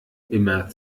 immer